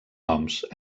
noms